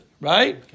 Right